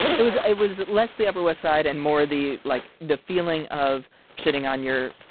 it was it was less the upper west side and more the like, the feeling of sitting on your.